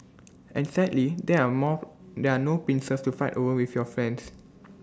and sadly there are more there are no pincers to fight over with your friends